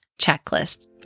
checklist